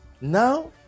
Now